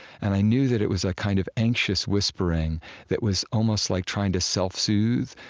and i knew that it was a kind of anxious whispering that was almost like trying to self-soothe.